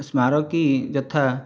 ସ୍ମାରକୀ ଯଥା